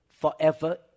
forever